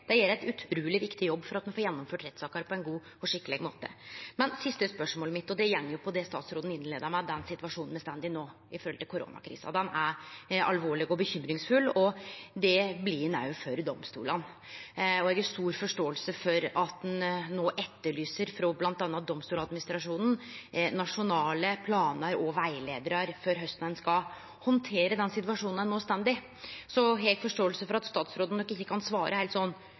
Det gjer ikkje eg. Dei gjer ein utruleg viktig jobb for at me får gjennomført rettssaker på ein god og skikkeleg måte. Det siste spørsmålet mitt går på det statsråden innleia med, den situasjonen me står i no, med koronakrisa. Ho er alvorleg og urovekkjande, og det blir ho òg for domstolane. Eg har stor forståing for at bl.a. Domstoladministrasjonen etterlyser nasjonale planar og rettleiingar for korleis ein skal handtere den situasjonen ein no står i. Så har eg forståing for at statsråden nok ikkje kan svare heilt